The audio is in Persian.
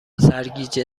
سرگیجه